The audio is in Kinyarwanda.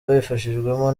babifashijwemo